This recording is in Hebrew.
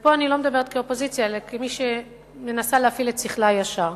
ופה אני לא מדברת כאופוזיציה אלא כמי שמנסה להפעיל את שכלה הישר.